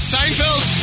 Seinfeld